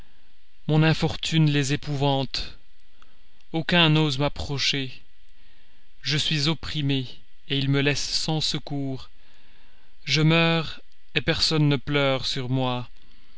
mon infortune les épouvante aucun n'ose m'approcher je suis opprimée ils me laissent sans secours je meurs personne ne pleure sur moi